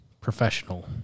professional